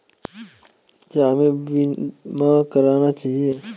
क्या हमें बीमा करना चाहिए?